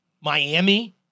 Miami